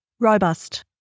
Robust